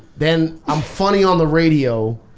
then i'm funny on the radio,